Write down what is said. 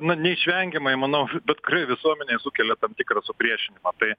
na neišvengiamai manau bet kurioj visuomenėj sukelia tam tikrą supriešinimą tai